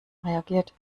reagiert